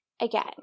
again